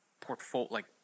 portfolio